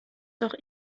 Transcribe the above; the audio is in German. doch